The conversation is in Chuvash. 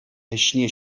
ӗҫне